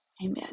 Amen